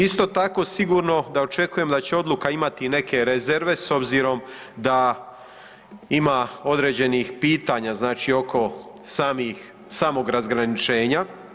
Isto tako, sigurno da očekujem da će odluka imati i neke rezerve s obzirom da ima određenih pitanja, znači oko samog razgraničenja.